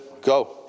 Go